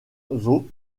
plus